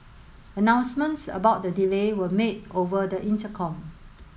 announcements about the delay were made over the intercom